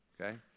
okay